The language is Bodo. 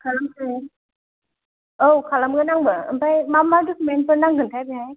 खालाम जायो औ खालामगोन आंबो आमफ्राय मा मा डुकुमेन्टसफोर नांगोनथाय बेहाय